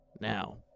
Now